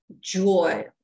joy